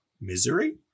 Misery